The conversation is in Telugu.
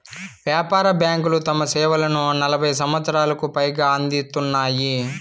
వ్యాపార బ్యాంకులు తమ సేవలను నలభై సంవచ్చరాలకు పైగా అందిత్తున్నాయి